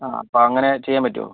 ആ അപ്പോൾ അങ്ങനെ ചെയ്യാൻ പറ്റുമോ